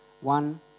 One